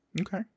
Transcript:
Okay